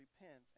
repent